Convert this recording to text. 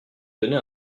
tenez